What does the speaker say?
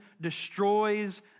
destroys